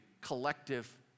collective